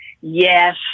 yes